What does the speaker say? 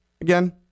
Again